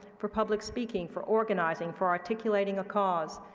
for public speaking, for organizing, for articulating a cause.